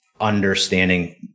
understanding